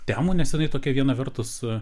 temų nes jinai tokia viena vertus